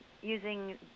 using